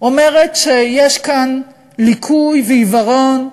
אומרת שיש כאן ליקוי ועיוורון,